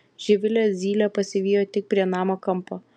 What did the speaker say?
živilę zylė pasivijo tik prie namo kampo